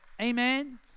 Amen